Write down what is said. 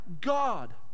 God